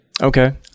Okay